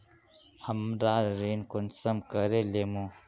हमरा ऋण कुंसम करे लेमु?